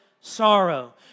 sorrow